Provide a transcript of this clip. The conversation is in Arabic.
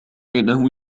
إنه